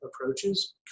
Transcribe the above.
approaches